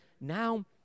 now